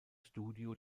studio